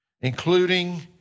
including